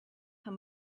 come